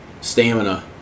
Stamina